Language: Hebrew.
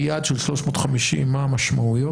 ביעד של 350 מה המשמעויות.